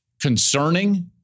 concerning